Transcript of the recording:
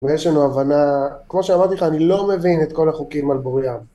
ויש לנו הבנה, כמו שאמרתי לך, אני לא מבין את כל החוקים על ברויים.